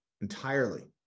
entirely